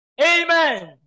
Amen